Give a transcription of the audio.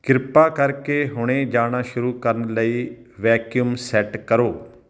ਕਿਰਪਾ ਕਰਕੇ ਹੁਣੇ ਜਾਣਾ ਸ਼ੁਰੂ ਕਰਨ ਲਈ ਵੈਕਿਊਮ ਸੈੱਟ ਕਰੋ